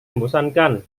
membosankan